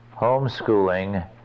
homeschooling